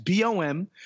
BOM